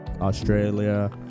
australia